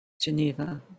Geneva